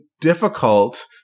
difficult